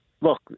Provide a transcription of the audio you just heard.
look